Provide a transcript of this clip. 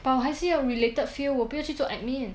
uh 还是要 related field 我不要去做 admin